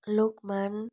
लोकमान